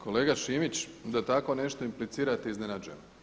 Kolega Šimić da tako nešto implicirate, iznenađujete me.